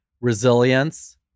resilience